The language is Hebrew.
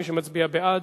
מי שמצביע בעד,